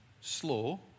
slow